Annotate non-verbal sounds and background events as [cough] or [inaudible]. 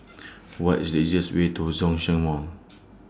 [noise] What IS The easiest Way to Zhongshan Mall